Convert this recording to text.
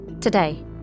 Today